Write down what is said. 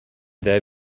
there